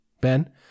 Ben